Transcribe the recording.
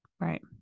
Right